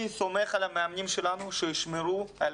אני סומך על המאמנים שלנו שישמרו על